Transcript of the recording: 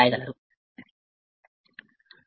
ను వ్రాయగలదు